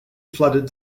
flooded